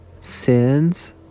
sins